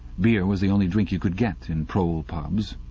beer was the only drink you could get in prole pubs.